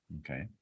Okay